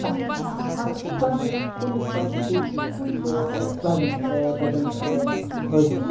تَتھ مَنٛز چھِ آسان ہَر کنہِ کُنہٕ طبقُک پریٚزَنٹ تَتیٚن حٲظِر